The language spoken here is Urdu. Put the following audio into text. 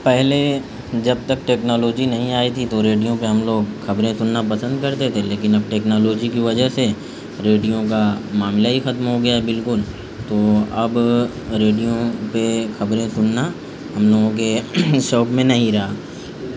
پہلے جب تک ٹیکنالوجی نہیں آئی تھی تو ریڈیو پہ ہم لوگ خبریں سننا پسند کرتے تھے لیکن اب ٹیکنالوجی کی وجہ سے ریڈیو کا معاملہ ہی ختم ہو گیا ہے بالکل تو اب ریڈیو پہ خبریں سننا ہم لوگوں کے شوق میں نہیں رہا